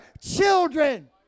children